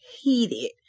heated